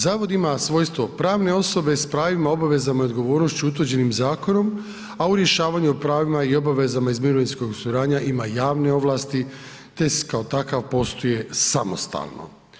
Zavod ima svojstvo pravne osobe s pravima i obavezama i odgovornošću utvrđenih zakonom, a u rješavanju o pravima i obvezama iz mirovinske suradnje ima javne ovlast te kao takav posluje samostalno.